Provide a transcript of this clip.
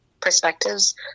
perspectives